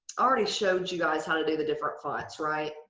already showed you guys how to do the different fonts, right?